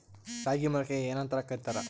ರಾಗಿ ಮೊಳಕೆಗೆ ಏನ್ಯಾಂತ ಕರಿತಾರ?